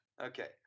Okay